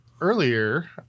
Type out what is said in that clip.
earlier